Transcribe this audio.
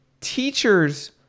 Teachers